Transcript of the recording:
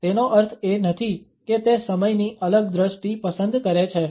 જો કે તેનો અર્થ એ નથી કે તે સમયની અલગ દ્રષ્ટિ પસંદ કરે છે